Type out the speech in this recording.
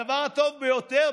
הדבר הטוב ביותר,